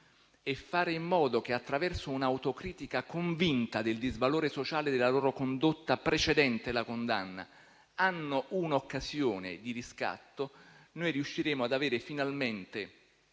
e fare in modo che, attraverso un'autocritica convinta del disvalore sociale della loro condotta precedente la condanna, abbiano un'occasione di riscatto, noi riusciremo finalmente